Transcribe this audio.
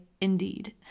indeed